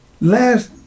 Last